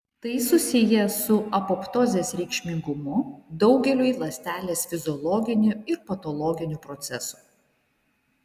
tai susiję su apoptozės reikšmingumu daugeliui ląstelės fiziologinių ir patologinių procesų